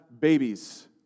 babies